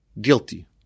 guilty